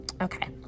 Okay